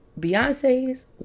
Beyonce's